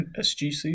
SGC